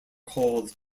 called